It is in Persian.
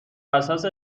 اساس